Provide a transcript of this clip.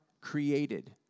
created